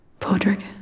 Podrick